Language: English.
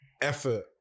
effort